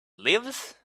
lives